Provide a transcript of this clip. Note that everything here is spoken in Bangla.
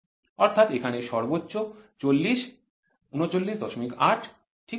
অর্থাৎ এখানে এটি সর্বোচ্চ ৪০০ ৩৯৮ ঠিক আছে